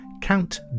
Count